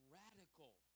radical